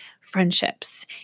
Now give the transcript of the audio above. friendships